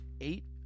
eight